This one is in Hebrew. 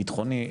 בטחוני,